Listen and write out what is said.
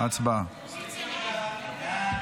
כעת נעבור